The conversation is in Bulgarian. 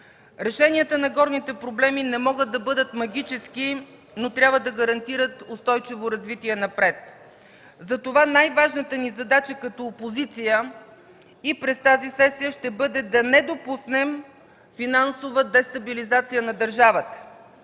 Решенията на горните проблеми не могат да бъдат магически, но трябва да гарантират устойчиво развитие напред. Затова най-важната ни задача като опозиция и през тази сесия ще бъде да не допуснем финансова дестабилизация на държавата